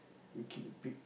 you keep a pig